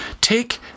Take